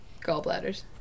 Gallbladders